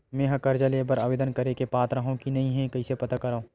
मेंहा कर्जा ले बर आवेदन करे के पात्र हव की नहीं कइसे पता करव?